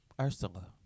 Ursula